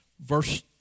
Verse